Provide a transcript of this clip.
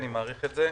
אני מעריך את זה.